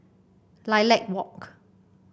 Lilac Walk